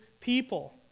people